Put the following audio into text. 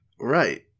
Right